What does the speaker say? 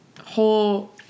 whole